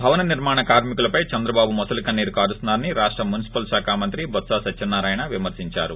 భవన నిర్మాణ కార్మి కులపై చంద్రబాబు మొసలి కన్పీరు కారుస్తున్నారని రాష్ట మున్సిపల్ శాక మంత్రి బొత్స సత్సనారాయణ విమర్పించారు